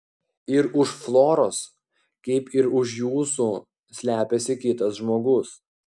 ir už floros kaip ir už jūsų slepiasi kitas žmogus